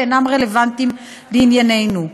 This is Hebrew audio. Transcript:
והם אינם רלוונטיים לענייננו.